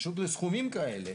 פשוט בסכומים כאלה